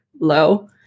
low